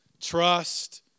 trust